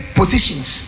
positions